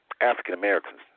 African-Americans